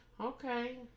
Okay